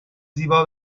زیبا